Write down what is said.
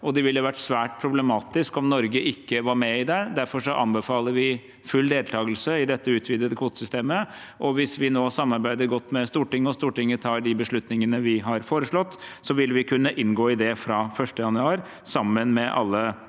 det ville vært svært problematisk om Norge ikke var med i det. Derfor anbefaler vi full deltakelse i det utvidete kvotesystemet. Hvis vi nå samarbeider godt med Stortinget og Stortinget tar de beslutningene vi har foreslått, vil vi kunne inngå i det fra 1. januar, sammen med alle de andre